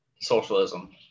socialism